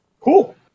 cool